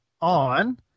on